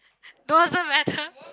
doesn't matter